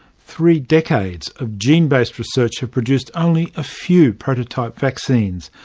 three decades of gene-based research have produced only a few prototype vaccines,